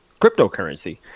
cryptocurrency